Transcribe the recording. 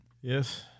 yes